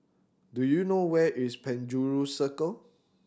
do you know where is Penjuru Circle